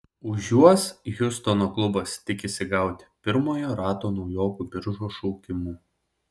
už juos hjustono klubas tikisi gauti pirmojo rato naujokų biržos šaukimų